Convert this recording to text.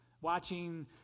watching